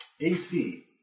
AC